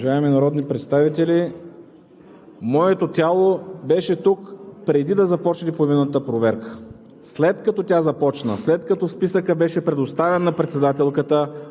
Уважаеми народни представители, моето тяло беше тук преди да започне поименната проверка. След като тя започна, след като списъкът беше предоставен на председателката,